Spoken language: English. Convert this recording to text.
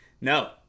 No